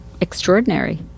extraordinary